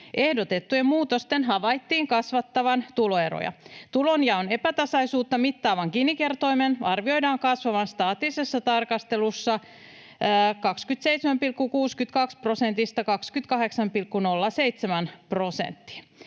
Ehdotettujen muutosten havaittiin kasvattavan tuloeroja. Tulonjaon epätasaisuutta mittaavan Gini-kertoimen arvioidaan kasvavan staattisessa tarkastelussa 27,62 prosentista 28,07 prosenttiin.